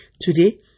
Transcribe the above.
Today